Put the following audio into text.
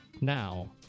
now